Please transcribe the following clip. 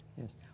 Yes